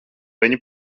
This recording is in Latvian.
viņi